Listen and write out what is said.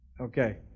Okay